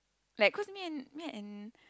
like cause me and me and